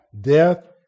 death